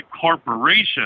corporation